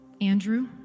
Andrew